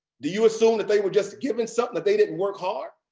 do you assume that they were just given something, that they didn't work hard?